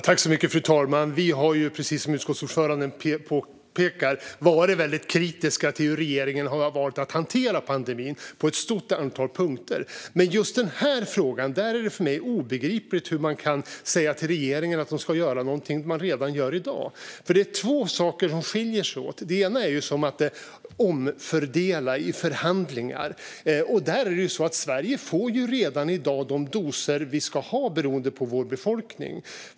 Fru talman! Vi har, precis som utskottsordföranden påpekar, varit väldigt kritiska till hur regeringen har valt att hantera pandemin på ett stort antal punkter. Men i just den här frågan är det för mig obegripligt hur man kan säga till regeringen att de ska göra något de redan gör i dag. Det är två saker som skiljer sig åt. Det ena handlar om att omfördela i förhandlingar. Där får ju vi i Sverige redan de doser vi ska ha beroende på vår befolkning.